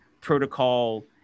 protocol